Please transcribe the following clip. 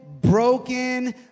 broken